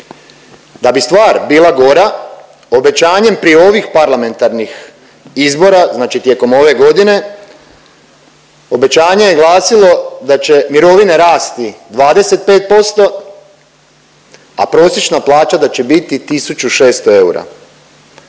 Da bi stvar bila gora, obećanjem prije ovih parlamentarnih izbora, znači tijekom ove godine, obećanje je glasilo da će mirovine rasti 25%, a prosječna plaća da će biti 1600 eura,